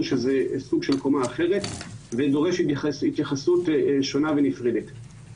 שזה סוג של קומה אחרת ודורש התייחסות שונה ונפרדת.